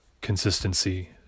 consistency